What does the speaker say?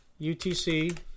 UTC